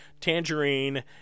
Tangerine